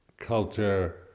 culture